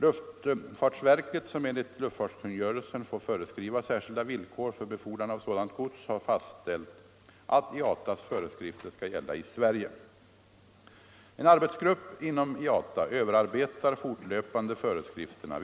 Luftfartsverket, som enligt luftfartskungörelsen får föreskriva särskilda villkor för befordran av sådant gods, har fastställt att IATA:s föreskrifter skall gälla i Sverige. En arbetsgrupp inom IATA överarbetar fortlöpande föreskrifterna.